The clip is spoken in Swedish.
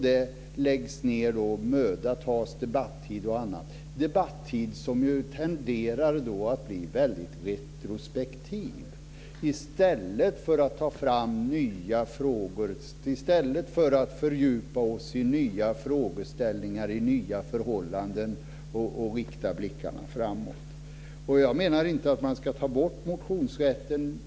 Det läggs ned möda och debattid. Den debatten tenderar att bli retrospektiv. I stället kunde vi fördjupa oss i nya frågeställningar och förhållanden och rikta blickarna framåt. Jag menar inte att man ska ta bort motionsrätten.